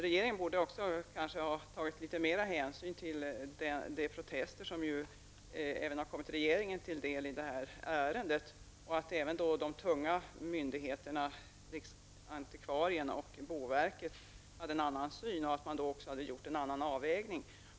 Regeringen borde kanske också ha tagit litet mera hänsyn till de protester som även har riktats mot regeringen i detta ärende. Också de tunga myndigheterna riksantikvarieämbetet och boverket gjorde en annan avvägning.